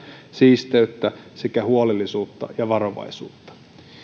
ja siisteyttä sekä huolellisuutta ja varovaisuutta